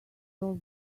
all